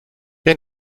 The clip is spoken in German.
wer